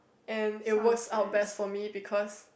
and it works out best for me because